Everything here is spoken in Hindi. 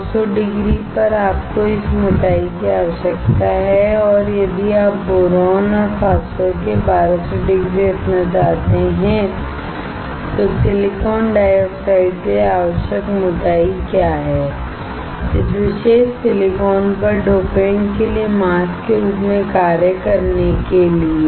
900 डिग्री पर आपको इस मोटाई की आवश्यकता है और यदि आप बोरान और फास्फोरस के लिए 1200 डिग्री रखना चाहते हैं तो सिलिकॉन डाइऑक्साइड के लिए आवश्यक मोटाई क्या है इस विशेष सिलिकॉन पर डोपेंट के लिए मास्क के रूप में कार्य करने के लिए